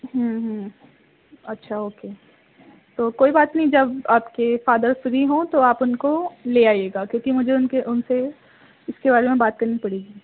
ہوں ہوں اچھا اوکے تو کوئی بات نہیں جب آپ کے فادر فری ہوں تو آپ ان کو لے آئیے گا کیونکہ مجھے ان کے ان سے اس کے بارے میں بات کرنی پڑے گی